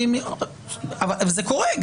אבל זה קורה.